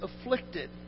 afflicted